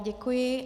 Děkuji.